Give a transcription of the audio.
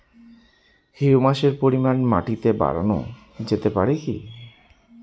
হিউমাসের পরিমান মাটিতে বারানো যেতে পারে কি?